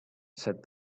said